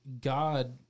God